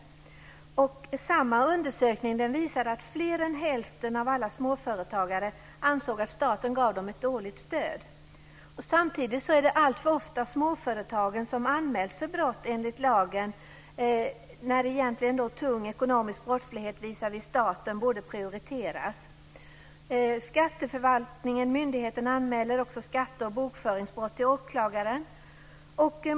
Samma undersökning visar att fler än hälften av alla småföretagare ansåg att staten gav dem ett dåligt stöd. Det är alltför ofta småföretagen som anmäls för brott enligt lagen samtidigt som tung ekonomisk brottslighet visavi staten borde prioriteras. Skatteförvaltningen anmäler också skatte och bokföringsbrott till åklagaren.